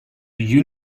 you